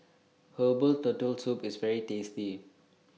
Herbal Turtle Soup IS very tasty